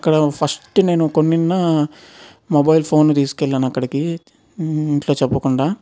అక్కడ ఫస్ట్ నేను కొన్నిన్న మొబైల్ ఫోన్ తీసుకెళ్లాను అక్కడికి ఇంట్లో చెప్పకుండా